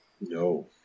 No